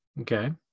okay